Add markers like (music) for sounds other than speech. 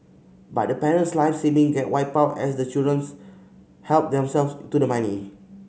but the parent's life saving get wiped out as the children (unintelligible) help themselves to the money